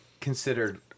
considered